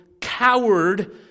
coward